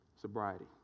sobriety